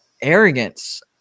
arrogance